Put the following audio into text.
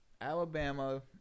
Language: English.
Alabama